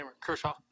Kershaw